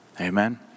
Amen